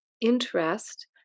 interest